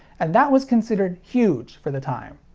and that was considered huge for the time.